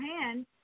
hand